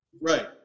Right